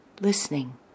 listening